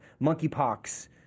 monkeypox